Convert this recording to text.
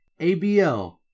ABL